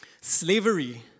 Slavery